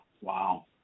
Wow